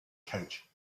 coach